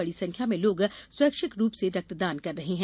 बडी संख्या में लोग स्वैच्छिक रूप से रक्तदान कर रहे है